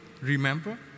Remember